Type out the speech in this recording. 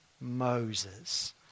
Moses